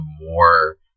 more